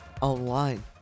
online